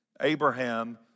Abraham